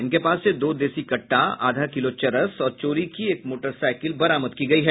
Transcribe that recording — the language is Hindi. इनके पास से दो देशी कट्टा आधा किलो चरस और चोरी की एक मोटरसाईकिल बरामद की गयी है